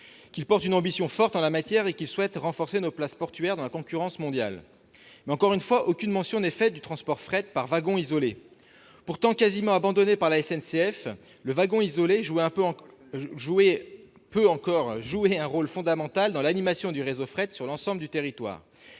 qu'il porte une ambition forte en la matière et qu'il veut conforter nos places portuaires dans la concurrence mondiale. Mais, encore une fois, aucune mention n'est faite du transport de fret par wagon isolé. Pourtant, quasiment abandonné par la SNCF, le wagon isolé jouait et peut encore jouer un rôle fondamental dans l'animation du réseau fret sur l'ensemble du territoire.